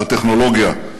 בטכנולוגיה,